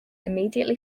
immediately